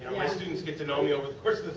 my students get to know me over the course